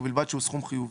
ובלבד שהוא סכום חיובי: